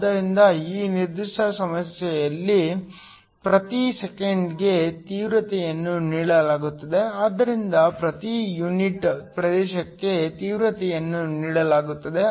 ಆದ್ದರಿಂದ ಈ ನಿರ್ದಿಷ್ಟ ಸಮಸ್ಯೆಯಲ್ಲಿ ಪ್ರತಿ ಸೆಕೆಂಡಿಗೆ ತೀವ್ರತೆಯನ್ನು ನೀಡಲಾಗುತ್ತದೆ ಆದ್ದರಿಂದ ಪ್ರತಿ ಯೂನಿಟ್ ಪ್ರದೇಶಕ್ಕೆ ತೀವ್ರತೆಯನ್ನು ನೀಡಲಾಗುತ್ತದೆ